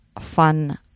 fun